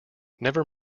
never